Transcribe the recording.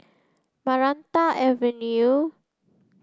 Maranta Avenue